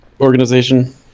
organization